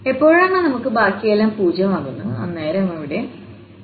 എപ്പോഴാണോ നമുക്ക് ബാക്കിയെല്ലാം 0 ആകുന്നത് അന്നേരം അവിടെ 0 കാണും